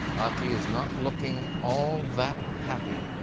aki is not looking all that happy.